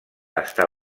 estar